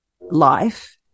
life